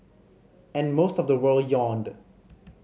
and most of the world yawned